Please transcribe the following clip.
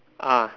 ah